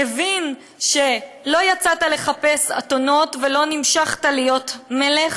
מבין שלא יצאת לחפש אתונות ולא נמשחת להיות מלך